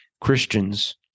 Christians